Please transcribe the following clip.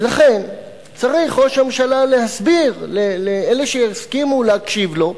ולכן צריך ראש הממשלה להסביר לאלה שיסכימו להקשיב לו,